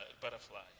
butterfly